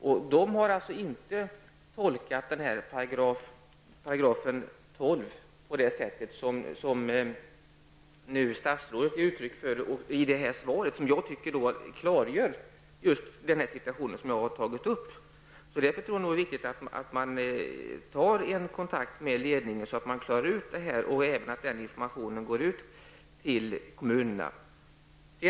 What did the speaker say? Man hade inte tolkat 12 § på det sätt som statsrådet ger uttryck för i det här svaret, som jag tycker klargör den situation som jag tog upp. Jag tror därför att det är viktigt att man tar kontakt med ledningen så att man klarar ut detta och informationen når ut till kommunerna.